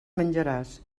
menjaràs